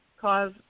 cause